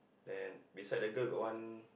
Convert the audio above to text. and beside the girl got one